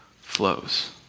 flows